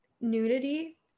nudity